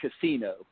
casino